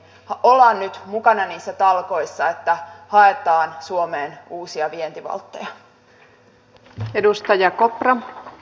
ollaan nyt mukana niissä talkoissa että haetaan suomeen uusia vientivaltteja